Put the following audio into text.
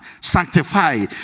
Sanctify